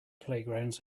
playgrounds